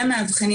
כמה העברתם?